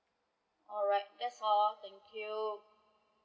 alright that's all thank you